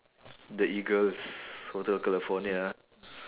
the eagles hotel california